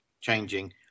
changing